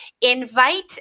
Invite